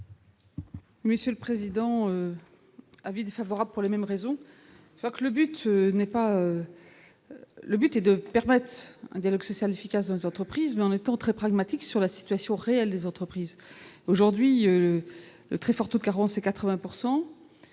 Monsieur le président : avis défavorable pour les mêmes raisons que le but n'est pas le but est de permettre un dialogue social efficace aux entreprises mais en étant très pragmatique sur la situation réelle des entreprises aujourd'hui très fortes carences et 80